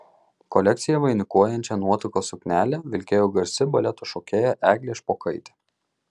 kolekciją vainikuojančią nuotakos suknelę vilkėjo garsi baleto šokėja eglė špokaitė